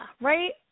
Right